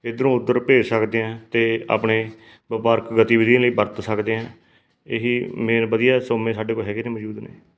ਇਧਰੋਂ ਉਧਰ ਭੇਜ ਸਕਦੇ ਹਾਂ ਅਤੇ ਆਪਣੇ ਵਪਾਰਕ ਗਤੀਵਿਧੀਆਂ ਲਈ ਵਰਤ ਸਕਦੇ ਹਾਂ ਇਹੀ ਮੇਨ ਵਧੀਆ ਸੋਮੇ ਸਾਡੇ ਕੋਲ ਹੈਗੇ ਨੇ ਮੌਜੂਦ ਨੇ